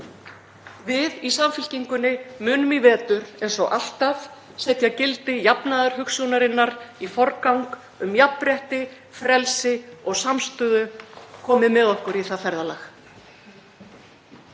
Við í Samfylkingunni munum í vetur eins og alltaf setja gildi jafnaðarhugsjónarinnar í forgang um jafnrétti, frelsi og samstöðu. Komið með okkur í það ferðalag.